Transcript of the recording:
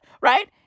Right